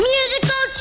Musical